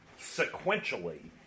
sequentially